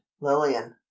lillian